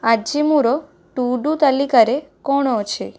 ଆଜି ମୋର to do ତାଲିକାରେ କ'ଣ ଅଛି